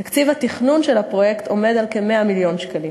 4. תקציב התכנון של הפרויקט עומד על כ-100 מיליון שקלים.